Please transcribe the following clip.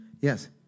Yes